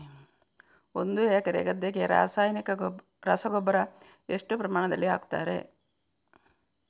ಒಂದು ಎಕರೆ ಗದ್ದೆಗೆ ರಾಸಾಯನಿಕ ರಸಗೊಬ್ಬರ ಎಷ್ಟು ಪ್ರಮಾಣದಲ್ಲಿ ಹಾಕುತ್ತಾರೆ?